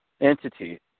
entity